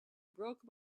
broke